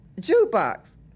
jukebox